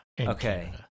Okay